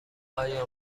آیا